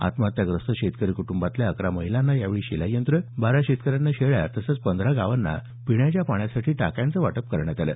आत्महत्याग्रस्त शेतकरी कुटुंबातल्या अकरा महिलांना शिलाईयंत्र बारा शेतकऱ्यांना शेळ्या तसंच पंधरा गावांना पिण्याच्या पाण्यासाठी टाक्यांचं वाटप यावेळी करण्यात आलं